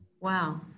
Wow